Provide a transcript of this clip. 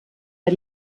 war